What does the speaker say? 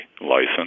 license